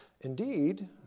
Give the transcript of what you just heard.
Indeed